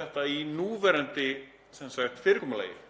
þetta í núverandi fyrirkomulagi?